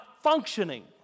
functioning